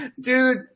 dude